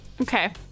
Okay